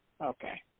Okay